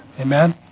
Amen